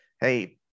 Hey